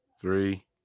three